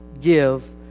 give